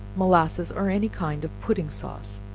molasses, or any kind of pudding sauce.